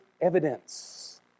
evidence